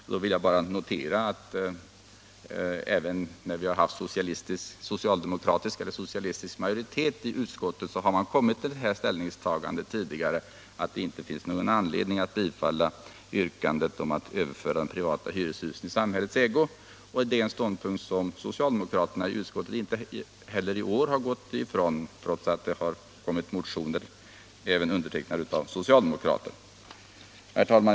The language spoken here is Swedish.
Jag vill då bara notera att även när vi har haft socialdemokratisk eller socialistisk majoritet i utskottet, så har man kommit till samma ställningstagandet som i år, nämligen att det inte finns någon anledning att bifalla yrkandet om att överföra privata hyreshus i samhällets ägo. Den ståndpunkten har socialdemokraterna i utskottet inte heller i år gått ifrån, trots att det även förekommer motioner undertecknade av socialdemokrater. Herr talman!